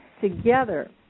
Together